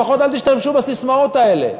לפחות אל תשתמשו בססמאות האלה.